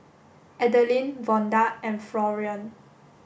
Adeline Vonda and Florian